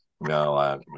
No